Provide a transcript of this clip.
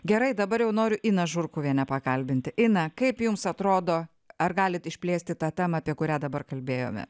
gerai dabar jau noriu iną žurkuvienę pakalbinti ina kaip jums atrodo ar galit išplėsti tą temą apie kurią dabar kalbėjome